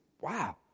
wow